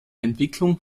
entwicklung